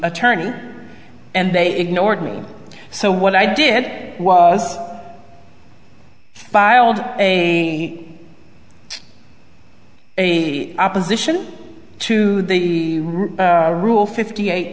attorney and they ignored me so what i did it was filed a opposition to the rule fifty eight